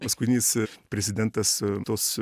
paskutinis ir prezidentas tos